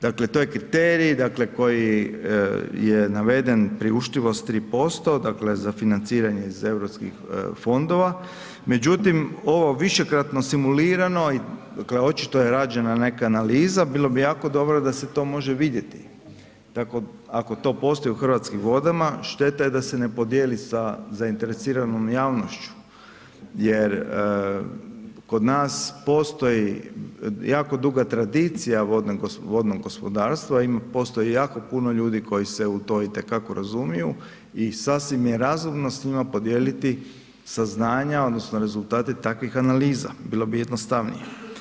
Dakle to je kriterij, dakle koji je naveden priuštivost 3%, dakle za financiranje iz europskih fondova, međutim ovo višekratno simulirano i, dakle očito je rađena neka analiza, bilo bi jako dobro da se to može vidjeti, tako ako to postoji u Hrvatskim vodama, šteta je da se ne podijeli sa zainteresiranom javnošću jer kod nas postoji jako duga tradicija vodnog gospodarstva, postoji jako puno ljudi koji se u to itekako razumiju i sasvim je razumno s njima podijeliti saznanja odnosno rezultate takvih analiza, bilo bi jednostavnije.